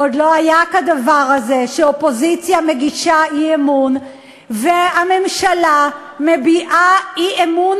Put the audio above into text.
עוד לא היה כדבר הזה שאופוזיציה מגישה אי-אמון והממשלה מביעה אי-אמון